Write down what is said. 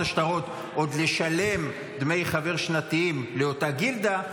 השטרות עוד לשלם דמי חבר שנתיים לאותה גילדה.